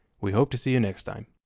we hope to see you next time.